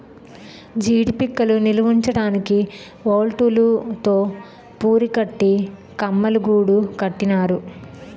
జీడీ పిక్కలు నిలవుంచడానికి వౌల్తులు తో పురికట్టి కమ్మలగూడు కట్టినారు